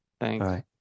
Thanks